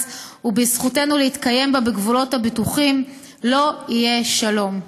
ובזכותנו להתקיים בה בגבולות בטוחים לא יהיה שלום.